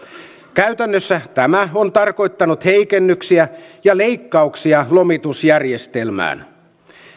käytännössä tämä on tarkoittanut heikennyksiä ja leikkauksia lomitusjärjestelmään